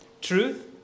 Truth